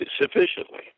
sufficiently